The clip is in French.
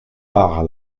par